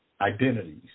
identities